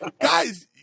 guys